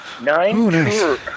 Nine